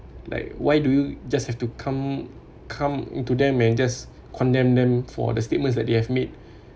like why do you just have to come come into them and just condemned them for the statements that they have made